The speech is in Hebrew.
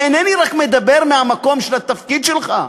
ואינני מדבר רק מהמקום של התפקיד שלך,